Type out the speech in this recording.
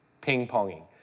Ping-ponging